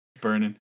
Burning